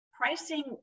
Pricing